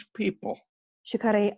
people